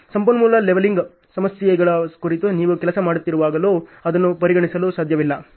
ಸಂಪನ್ಮೂಲ ಲೆವೆಲಿಂಗ್ ಸಮಸ್ಯೆಗಳ ಕುರಿತು ನೀವು ಕೆಲಸ ಮಾಡುತ್ತಿರುವಾಗಲೂ ಅದನ್ನು ಪರಿಗಣಿಸಲು ಸಾಧ್ಯವಿಲ್ಲ